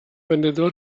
vendedor